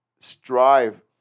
strive